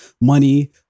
money